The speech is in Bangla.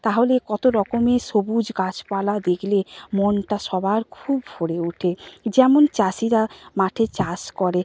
তাহলে কত রকমের সবুজ গাছপালা দেখলে মনটা সবার খুব ভরে ওঠে যেমন চাষিরা মাঠে চাষ করে